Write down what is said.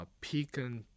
Pecan